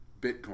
Bitcoin